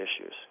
issues